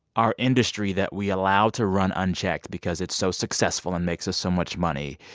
our industry that we allow to run unchecked because it's so successful and makes us so much money?